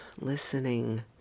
listening